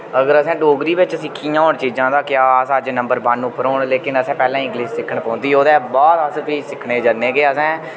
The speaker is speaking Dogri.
अगर असें डोगरी बिच्च सिक्खियां होन चीजां तां क्या अस अज्ज नंबर वन उप्पर होन लेकिन असें पैह्ले इंग्लिश सिक्खने पौंदी ओह्दे बाद अस फ्ही सिक्खने जन्ने कि असें